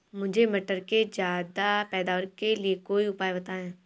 मुझे मटर के ज्यादा पैदावार के लिए कोई उपाय बताए?